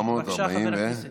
בבקשה, חבר הכנסת.